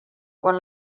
quan